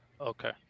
okay